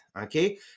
okay